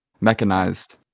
mechanized